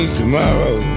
tomorrow